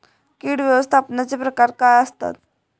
कीड व्यवस्थापनाचे प्रकार काय आसत?